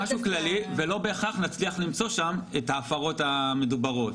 ולא בהכרח נצליח למצוא שם את ההפרות המדוברות.